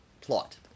plot